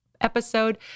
episode